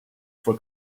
for